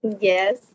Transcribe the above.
Yes